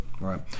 right